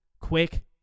quick